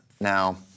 Now